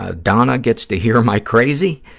ah donna gets to hear my crazy,